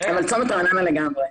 אבל צומת רעננה לגמרי.